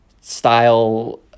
style